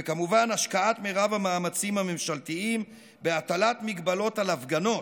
וכמובן השקעת מרב המאמצים הממשלתיים בהטלת מגבלות על הפגנות,